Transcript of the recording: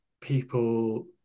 people